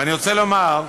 ואני רוצה לומר,